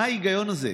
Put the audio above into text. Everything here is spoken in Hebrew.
מה ההיגיון הזה?